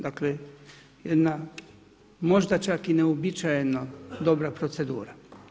Dakle jedna možda čak i neuobičajena dobra procedura.